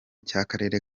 cy’akarere